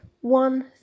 one